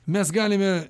mes galime